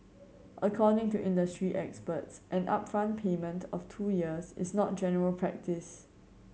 according to industry experts an upfront payment of two years is not general practise